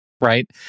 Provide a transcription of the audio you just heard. right